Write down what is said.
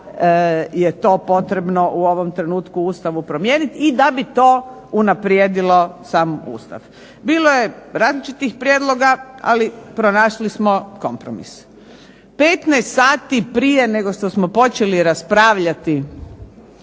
je to potrebno u ovom trenutku u Ustavu promijeniti i da bi to unaprijedilo sam Ustav. Bilo je različitih prijedloga, ali pronašli smo kompromis. 15 sati prije nego što smo počeli raspravljati